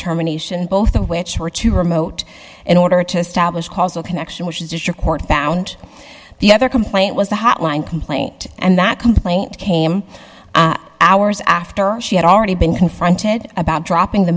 terminations both of which were too remote in order to establish causal connection which is your court found the other complaint was the hotline complaint and that complaint came hours after she had already been confronted about dropping the